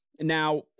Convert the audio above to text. Now